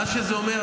מה שזה אומר,